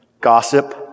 Gossip